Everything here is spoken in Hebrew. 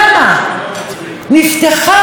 נפתחה רכבת במרכז,